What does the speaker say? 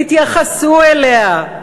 תתייחסו אליה.